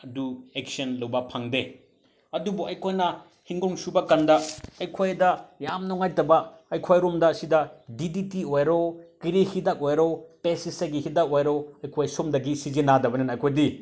ꯑꯗꯨ ꯑꯦꯛꯁꯟ ꯂꯧꯕ ꯐꯪꯗꯦ ꯑꯗꯨꯕꯨ ꯑꯩꯈꯣꯏꯅ ꯏꯪꯈꯣꯜ ꯁꯨꯕ ꯀꯥꯟꯗ ꯑꯩꯈꯣꯏꯗ ꯌꯥꯝ ꯅꯨꯡꯉꯥꯏꯇꯕ ꯑꯩꯈꯣꯏꯔꯣꯝꯗ ꯁꯤꯗ ꯗꯤ ꯗꯤ ꯇꯤ ꯑꯣꯏꯔꯣ ꯀꯔꯤ ꯍꯤꯗꯥꯛ ꯑꯣꯏꯔꯣ ꯄꯦꯁꯇꯤꯁꯥꯏꯠꯀꯤ ꯍꯤꯗꯥꯛ ꯑꯣꯏꯔꯣ ꯑꯩꯈꯣꯏ ꯁꯣꯝꯗꯗꯤ ꯁꯤꯖꯤꯟꯅꯗꯕꯅꯤꯅ ꯑꯩꯈꯣꯏꯗꯤ